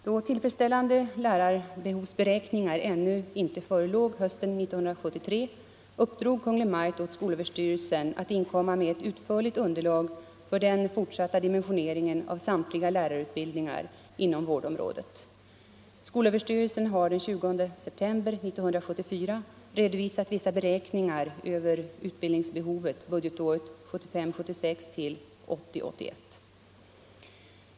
Då tillfredsställande lärarbehovsberäkningar ännu inte förelåg hösten 1973, uppdrog Kungl. Maj:t åt skolöverstyrelsen att inkomma med ett utförligt underlag för den fortsatta dimensioneringen av samtliga lärarutbildningar inom vårdområdet. Skolöverstyrelsen har den 20 september 1974 redovisat vissa beräkningar över utbildningsbehovet budgetåren 1975 81.